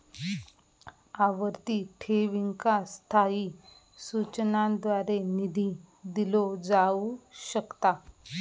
आवर्ती ठेवींका स्थायी सूचनांद्वारे निधी दिलो जाऊ शकता